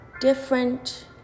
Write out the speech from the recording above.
different